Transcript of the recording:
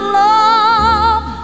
love